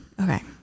Okay